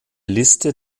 liste